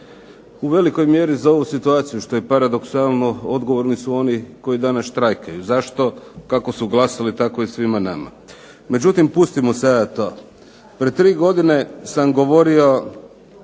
U velikoj mjeri za ovu situaciju što je paradoksalno odgovorni su oni koji danas štrajkaju? Zašto? Kako su glasali tako je svima nama. Međutim pustimo sada to. Pred tri godine sam govorio.